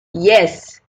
yes